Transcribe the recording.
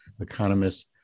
economists